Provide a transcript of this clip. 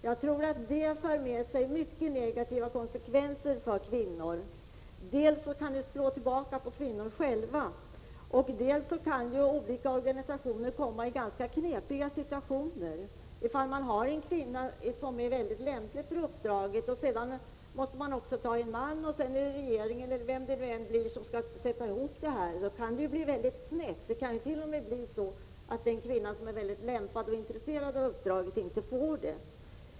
Jag tror att det för med sig mycket negativa konsekvenser för kvinnorna. Dels kan det slå tillbaka på kvinnorna själva, dels kan olika organisationer komma i ganska knepiga situationer. Man kan ha en kvinna som är mycket lämplig för uppdraget, sedan måste man föreslå också en man, och därefter är det regeringen eller någon annan som skall sätta ihop utredningen e. d. Då kan det bli väldigt snett. Det kan t.o.m. bli så att en kvinna som är mycket lämpad och intresserad av uppdraget inte får det.